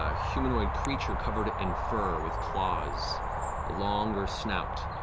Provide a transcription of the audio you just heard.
ah humanoid creature covered in fur with claws, a longer snout.